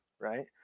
right